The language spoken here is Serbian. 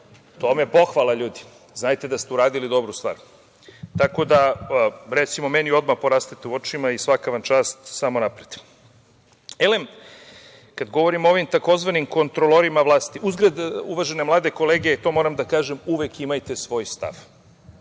je pohvala, ljudi, znajte da ste uradili dobru stvar. Recimo, meni odmah porastete u očima i svaka vam čast, samo napred. Elem, kada govorimo o ovim tzv. kontrolorima vlasti, uzgred, uvažene mlade kolege, i to moram da kažem, uvek imajte svoj stav.